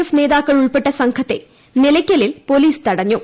F നേതാക്കൾ ഉൾപ്പെട്ട സംഘത്തെ നിലയ്ക്കലിൽ പോലീസ് തടഞ്ഞു